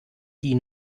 die